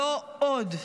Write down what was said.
לא עוד.